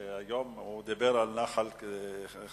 היום הוא דיבר על נחל כזיב,